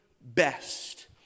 best